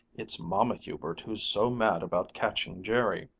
it's mamma hubert who's so mad about catching jerry.